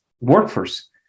workforce